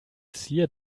zier